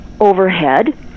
Overhead